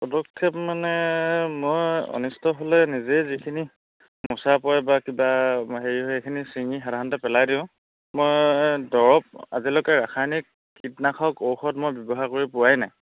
পদক্ষেপ মানে মই অনিষ্ট হ'লে নিজে যিখিনি মোচা পৰে বা কিবা হেৰি সেইখিনি চিঙি সাধাৰণতে পেলাই দিওঁ মই দৰৱ আজিলৈকে ৰাসায়নিক কীটনাশক ঔষধ মই ব্যৱহাৰ কৰি পোৱাই নাই